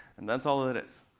and that's all it is.